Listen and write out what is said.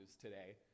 today